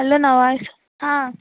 hello నా voice